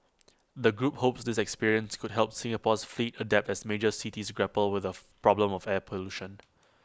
the group hopes this experience could help Singapore's fleet adapt as major cities grapple with the problem of air pollution